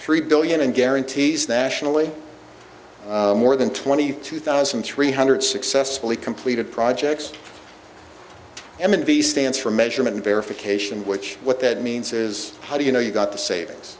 three billion and guarantees that only more than twenty two thousand three hundred successfully completed projects m and d stands for measurement verification which what that means is how do you know you've got the savings